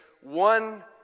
one